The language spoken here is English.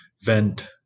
vent